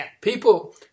people